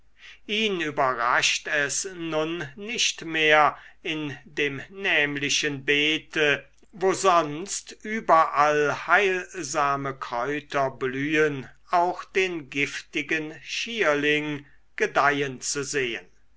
ihn überrascht es nun nicht mehr in dem nämlichen beete wo sonst überall heilsame kräuter blühen auch den giftigen schierling gedeihen zu sehen